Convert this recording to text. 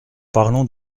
parlons